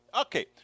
Okay